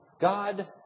God